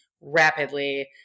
rapidly